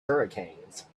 hurricanes